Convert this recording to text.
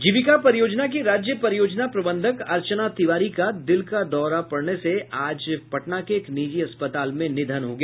जीविका परियोजना की राज्य परियोजना प्रबंधक अर्चना तिवारी का दिल का दौरा पडने से आज पटना के एक निजी अस्पताल में निधन हो गया